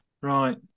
Right